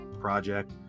project